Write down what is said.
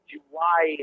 July